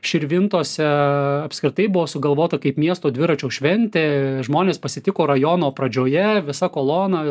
širvintose apskritai buvo sugalvota kaip miesto dviračio šventė žmonės pasitiko rajono pradžioje visa kolona